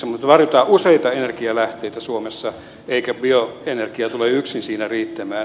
mutta vaaditaan useita energialähteitä suomessa eikä bioenergia tule yksin siinä riittämään